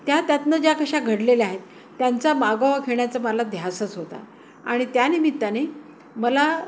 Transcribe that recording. त्या त्यातनं ज्या कशा घडलेल्या आहेत त्यांचा मागवा घेण्याचा मला ध्यासच होता आणि त्यानिमित्त्याने मला